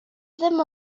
ddim